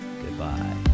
Goodbye